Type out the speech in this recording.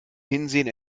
hinsehen